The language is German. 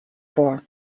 vor